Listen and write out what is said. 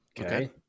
Okay